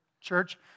church